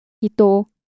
Ito